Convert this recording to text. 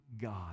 God